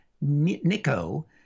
Nico